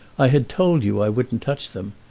i had told you i wouldn't touch them.